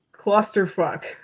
clusterfuck